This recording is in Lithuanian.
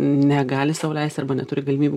negali sau leist arba neturi galimybių